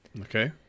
Okay